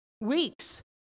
weeks